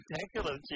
spectacular